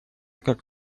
как